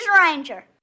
Ranger